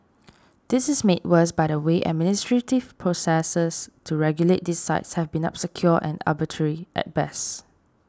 this is made worse by the way administrative processes to regulate these sites have been obscure and arbitrary at best